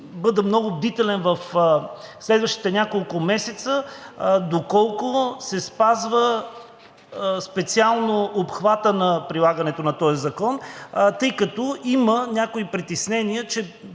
бъда много бдителен в следващите няколко месеца, за това, доколко се спазва специално обхватът на прилагането на този закон, тъй като има някои притеснения.